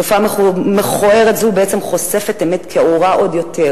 תופעה מכוערת זו בעצם חושפת אמת כעורה עוד יותר: